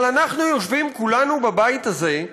אבל אנחנו יושבים כולנו בבית הזה,